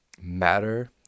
matter